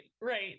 Right